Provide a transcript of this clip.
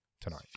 tonight